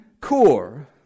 core